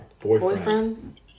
Boyfriend